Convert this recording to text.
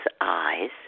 eyes